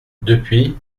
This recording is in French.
depuis